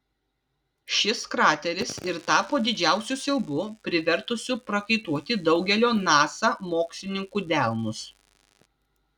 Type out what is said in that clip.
šis krateris ir tapo didžiausiu siaubu privertusiu prakaituoti daugelio nasa mokslininkų delnus